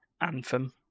Anthem